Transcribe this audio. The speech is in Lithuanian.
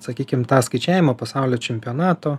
sakykim tą skaičiavimą pasaulio čempionato